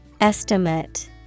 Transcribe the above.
Estimate